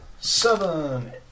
Seven